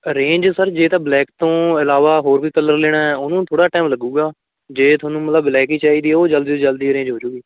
arrange sir ਜੇ ਤਾਂ black ਤੋਂ ਇਲਾਵਾ ਹੋਰ ਵੀ ਕਲਰ ਲੈਣਾ ਉਹਨੂੰ ਥੋੜ੍ਹਾ ਟਾਈਮ ਲੱਗੂਗਾ ਜੇ ਤੁਹਾਨੂੰ ਮਤਲਬ ਬਲੈਕ ਹੀ ਚਾਹੀਦੀ ਉਹ ਜਲਦੀ ਤੋਂ ਜਲਦੀ ਅਰੇਂਜ ਹੋਜੂਗੀ